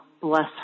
bless